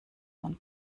von